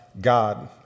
God